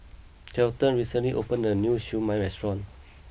Kelton recently opened a new Siew Mai Restaurant